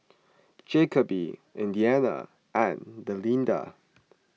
Jacoby Indiana and Delinda